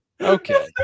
Okay